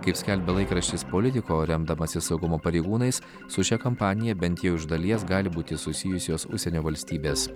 kaip skelbia laikraštis politico remdamasis saugumo pareigūnais su šia kampanija bent jau iš dalies gali būti susijusios užsienio valstybės